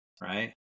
right